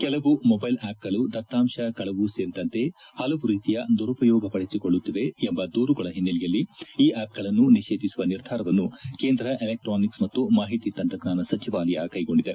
ಕೆಲವು ಮೊಬ್ಲೆಲ್ ಆಪ್ಗಳು ದತ್ತಾಂತ ಕಳವು ಸೇರಿದಂತೆ ಹಲವು ರೀತಿಯ ದುರುಪಯೋಗಪಡಿಸಿಕೊಳ್ಳುತ್ತಿವೆ ಎಂಬ ದೂರುಗಳ ಹಿನ್ನೆಲೆಯಲ್ಲಿ ಈ ಆಪ್ಗಳನ್ನು ನಿಷೇಧಿಸುವ ನಿರ್ಧಾರವನ್ನು ಕೇಂದ್ರ ಎಲೆಕ್ಟಾನಿಕ್ಸ್ ಮತ್ತು ಮಾಹಿತಿ ತಂತ್ರಜ್ಞಾನ ಸಚಿವಾಲಯ ಕ್ಲೆಗೊಂಡಿದೆ